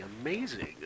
amazing